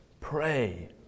pray